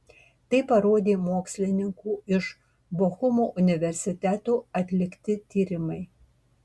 tai parodė mokslininkų iš bochumo universiteto atlikti tyrimai